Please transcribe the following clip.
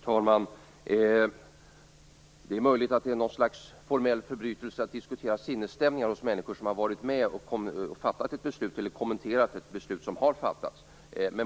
Fru talman! Det är möjligt att det är något slags formell förbrytelse att diskutera sinnesstämningar hos människor som har varit med om att fatta ett beslut eller som har kommenterat ett beslut som har fattats.